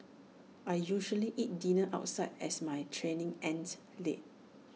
I usually eat dinner outside as my training ends late